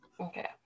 Okay